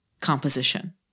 composition